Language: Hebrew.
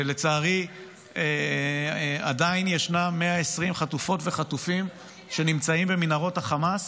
ולצערי עדיין ישנם 120 חטופות וחטופים שנמצאים במנהרות החמאס,